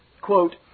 quote